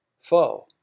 foe